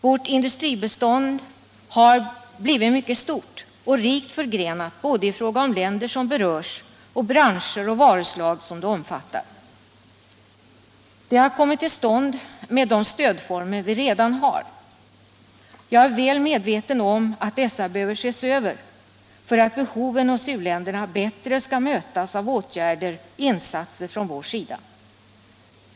Vårt industribistånd har blivit mycket stort och rikt förgrenat, både i fråga om länder som berörs och i fråga om branscher och varuslag som det omfattar. Det har kommit till stånd med de stödformer vi redan har. Jag är väl medveten om att dessa behöver ses över för att behoven hos u-länderna bättre skall mötas av insatser från vår sida.